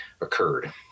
occurred